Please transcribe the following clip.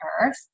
earth